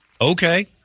okay